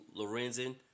Lorenzen